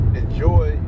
enjoy